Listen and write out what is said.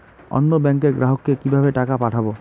অন্য ব্যাংকের গ্রাহককে কিভাবে টাকা পাঠাবো?